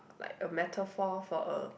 like a metaphor for a